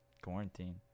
quarantine